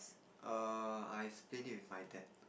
err I split it with my dad